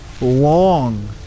long